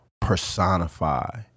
personify